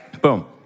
Boom